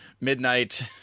midnight